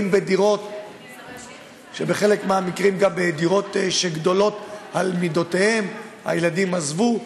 בדירות שלפעמים גדולות ממידותיהם כי הילדים עזבו,